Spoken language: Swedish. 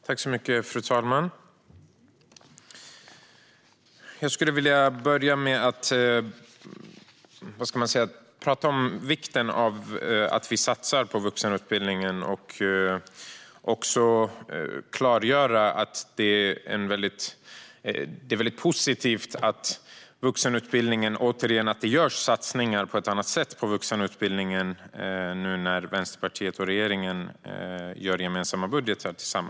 Fru talman! Jag skulle vilja börja med att tala om vikten av att vi satsar på vuxenutbildningen. Jag vill också framföra att det är väldigt positivt att det återigen görs satsningar på vuxenutbildningen på ett annat sätt nu när Vänsterpartiet och regeringen gör gemensamma budgetar.